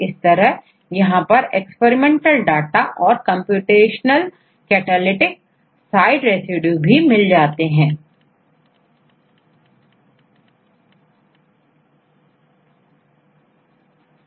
इसमें experimental data और computational identify catalytic site रेसिड्यूजिनके स्ट्रक्चर ज्ञात नहीं है को रखा है